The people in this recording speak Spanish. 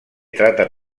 trata